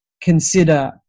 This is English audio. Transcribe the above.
consider